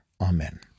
Amen